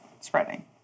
Spreading